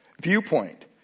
viewpoint